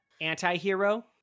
anti-hero